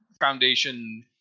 Foundation